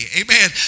amen